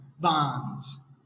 bonds